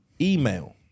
email